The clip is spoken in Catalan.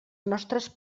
nostres